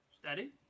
Steady